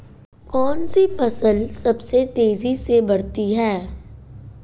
कौनसी फसल सबसे तेज़ी से बढ़ती है?